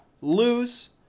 lose